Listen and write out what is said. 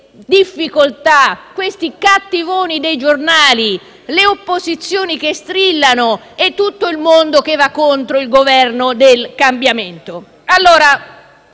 queste difficoltà e a questi cattivoni dei giornali, con le opposizioni che strillano e tutto il mondo che va contro il Governo del cambiamento.